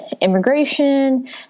immigration